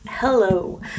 Hello